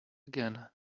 again